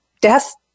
death